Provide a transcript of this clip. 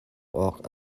awk